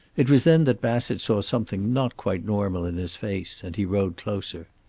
it was then that bassett saw something not quite normal in his face, and he rode closer.